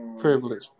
Privilege